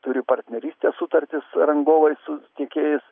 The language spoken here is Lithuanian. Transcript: turi partnerystės sutartis rangovai su tiekėjais